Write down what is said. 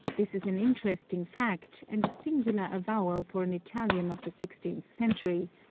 this is an interesting fact, and a singular avowal for an italian of the sixteenth century,